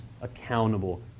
accountable